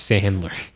Sandler